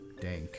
dank